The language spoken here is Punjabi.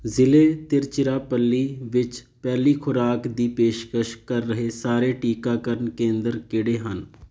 ਜ਼ਿਲ੍ਹੇ ਤਿਰਚਿਰਾਪੱਲੀ ਵਿੱਚ ਪਹਿਲੀ ਖੁਰਾਕ ਦੀ ਪੇਸ਼ਕਸ਼ ਕਰ ਰਹੇ ਸਾਰੇ ਟੀਕਾਕਰਨ ਕੇਂਦਰ ਕਿਹੜੇ ਹਨ